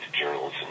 journalism